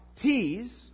T's